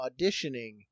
auditioning